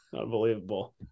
Unbelievable